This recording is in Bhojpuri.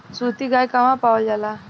सुरती गाय कहवा पावल जाला?